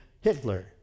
Hitler